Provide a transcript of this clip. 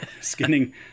skinning